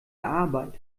arbeit